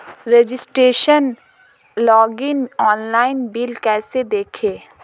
Registration login online bill कैसे देखें?